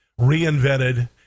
reinvented